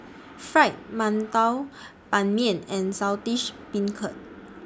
Fried mantou Ban Mian and Saltish Beancurd